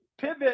pivot